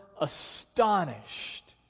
astonished